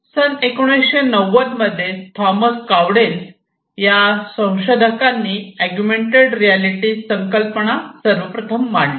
सन 1990 मध्ये Thomas Caudell या संशोधकांनी अगुमेन्टेड रियालिटी संकल्पना सर्वप्रथम मांडली